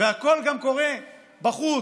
והכול גם קורה בחוץ,